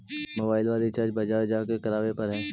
मोबाइलवा रिचार्ज बजार जा के करावे पर है?